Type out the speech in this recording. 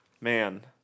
Man